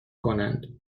کنند